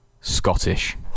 Scottish